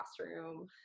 classroom